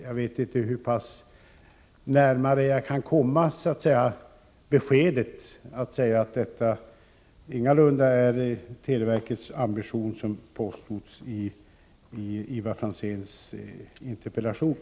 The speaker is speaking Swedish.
Jag vet inte hur jag tydligare kan ange att televerket ingalunda har den ambition som Ivar Franzén påstod i sin interpellation.